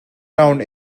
around